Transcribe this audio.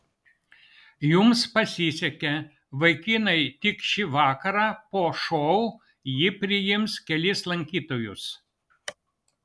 jums pasisekė vaikinai tik šį vakarą po šou ji priims kelis lankytojus